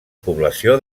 població